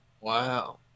Wow